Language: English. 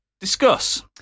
Discuss